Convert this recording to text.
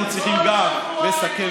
אנחנו צריכים גם לסקר.